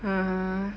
ha